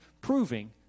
proving